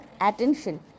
attention